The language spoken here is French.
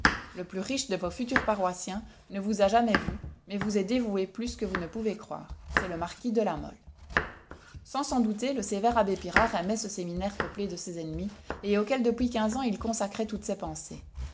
le plus riche de vos future paroissiens ne vous a jamais vu mais vous est dévoué plus que vous ne pouvez croire c'est le marquis de la mole sans s'en douter le sévère abbé pirard aimait ce séminaire peuplé de ses ennemis et auquel depuis quinze ans il consacrait toutes ses pensées